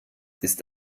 ist